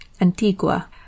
Antigua